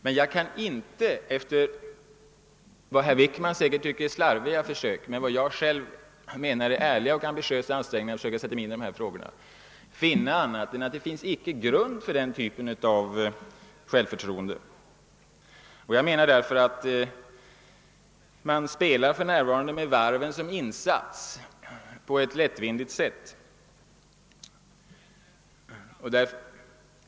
Men efter mina enligt vad herr Wickman säkert tycker slarviga försök men enligt vad jag själv menar ärliga och ambitiösa ansträngningar att sätta mig in i de här frågorna kan jag inte se annat än att det icke finns grund för den typen av självförtroende. Jag menar därför, att man för närvarande spelar med varven som insats på ett lättvindigt sätt.